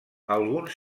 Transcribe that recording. alguns